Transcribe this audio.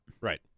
Right